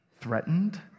threatened